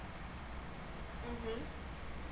mm